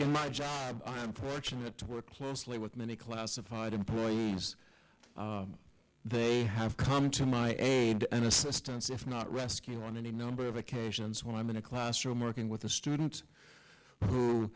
in my job i'm fortunate to work closely with many classified employees they have come to my aid and assistance if not rescue on any number of occasions when i'm in a classroom working with a student who